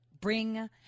bring